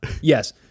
Yes